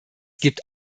gibt